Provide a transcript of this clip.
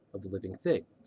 of the living thing,